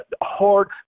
hard